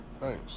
thanks